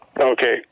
Okay